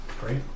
Great